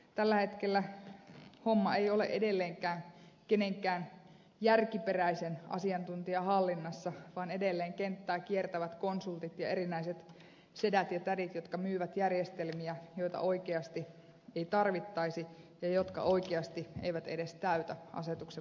tällä hetkellä homma ei ole edelleenkään kenenkään järkiperäisen asiantuntijan hallinnassa vaan edelleen kenttää kiertävät konsultit ja erinäiset sedät ja tädit jotka myyvät järjestelmiä joita oikeasti ei tarvittaisi ja jotka oikeasti eivät edes täytä asetuksen vaatimuksia